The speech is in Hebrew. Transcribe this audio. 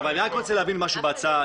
אני רוצה להבין משהו בהצעה.